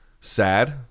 sad